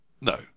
No